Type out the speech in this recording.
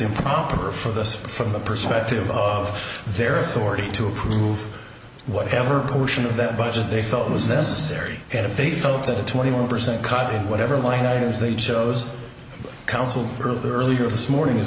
improper for this from the perspective of their authority to approve whatever portion of the budget they felt was necessary and if they felt that a twenty one percent cut in whatever line items they chose council earlier this morning